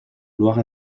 loire